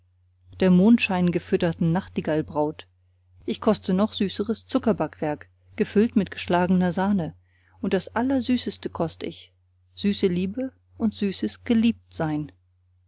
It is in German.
der mondscheingefütterten nachtigallbraut ich koste noch süßeres zuckerbackwerk gefüllt mit geschlagener sahne und das allersüßeste kost ich süße liebe und süßes geliebtsein sie